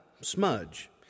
Smudge